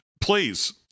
Please